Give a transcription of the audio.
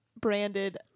branded